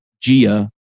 Gia